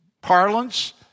parlance